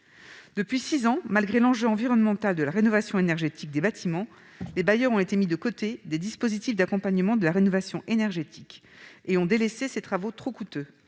Depuis six ans, malgré l'enjeu environnemental de la rénovation énergétique des bâtiments, les bailleurs n'ont pas bénéficié des dispositifs d'accompagnement de la rénovation énergétique et ont donc délaissé ces travaux trop coûteux.